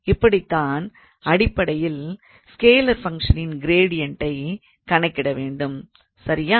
இப்படித்தான் அடிப்படையில் ஸ்கேலார் ஃபங்க்ஷனின் க்ரேடியன்டை கணக்கிட வேண்டும் சரியா